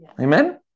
Amen